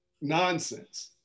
nonsense